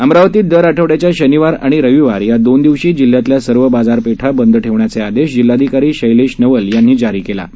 अमरावतीत दर आठवड्याच्या शनिवार आणि रविवार या दोन दिवशी जिल्ह्यातल्या सर्व बाजारपेठा बंद ठेवण्याचा आदेश जिल्हाधिकारी शैलेश नवल यांनी जारी केला आहे